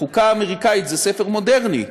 החוקה האמריקנית זה ספר מודרני,